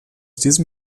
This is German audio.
diesem